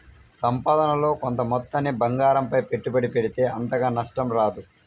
సంపాదనలో కొంత మొత్తాన్ని బంగారంపై పెట్టుబడి పెడితే అంతగా నష్టం రాదు